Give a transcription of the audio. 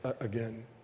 again